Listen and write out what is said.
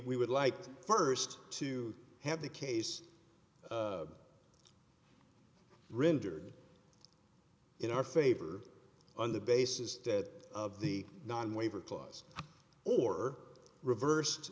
would like first to have the case rendered in our favor on the basis of the non waiver clause or reversed